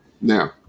Now